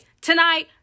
tonight